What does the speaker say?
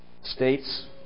states